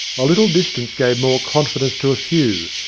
a little distance gave more confidence to a few,